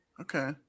Okay